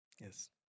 yes